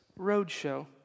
Roadshow